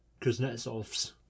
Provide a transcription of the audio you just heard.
Kuznetsovs